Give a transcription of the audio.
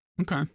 okay